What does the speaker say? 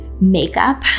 makeup